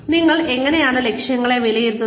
നിങ്ങൾ എങ്ങനെയാണ് ലക്ഷ്യങ്ങളെ വിലയിരുത്തുന്നത്